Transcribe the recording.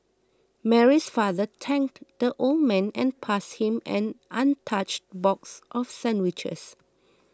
Mary's father thanked the old man and passed him an untouched box of sandwiches